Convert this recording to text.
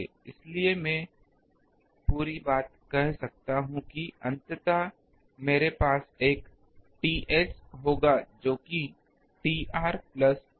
इसलिए मैं पूरी बात कह सकता हूं कि अंततः हमारे पास एक Ts होगा जो कि Tr plus Ta है